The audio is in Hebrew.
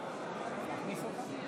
(קורא בשמות חברי הכנסת)